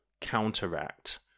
counteract